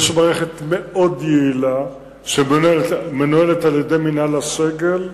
יש מערכת מאוד יעילה שמנוהלת על-ידי מינהל הסגל.